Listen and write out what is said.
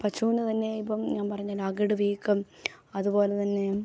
പശുവിന് തന്നെ ഇപ്പം ഞാൻ പറഞ്ഞല്ലോ അകിട് വീക്കം അതുപോലെതന്നെ